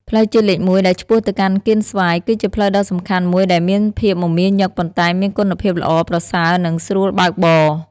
ផ្លូវជាតិលេខ ១ ដែលឆ្ពោះទៅកាន់កៀនស្វាយ គឺជាផ្លូវដ៏សំខាន់មួយដែលមានភាពមមាញឹកប៉ុន្តែមានគុណភាពល្អប្រសើរនិងស្រួលបើកបរ។